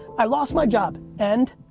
i lost my job. and?